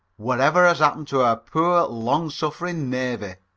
what ever has happened to our poor, long-suffering navy?